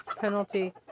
penalty